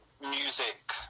music